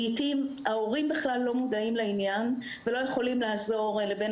לעיתים ההורים בכלל לא מודעים לעניין ולא יכולים לעזור לבן